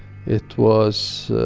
it was,